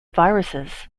viruses